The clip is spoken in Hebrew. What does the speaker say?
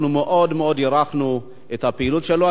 אנחנו מאוד הערכנו את הפעילות שלו.